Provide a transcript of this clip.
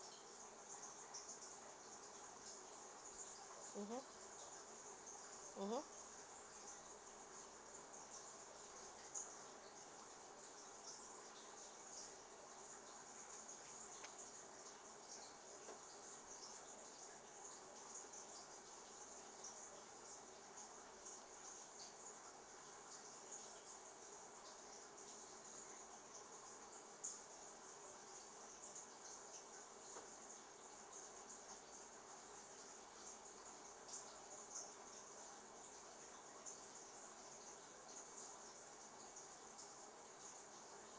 mmhmm mmhmm